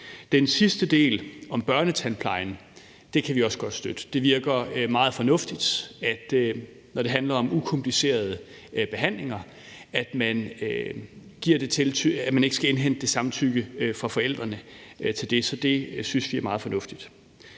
Den sidste del om børnetandplejen kan vi også godt støtte. Det virker meget fornuftigt, når det handler om ukomplicerede behandlinger, at man ikke skal indhente samtykke fra forældrene til det. Så det synes vi er meget fornuftigt.